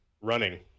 Running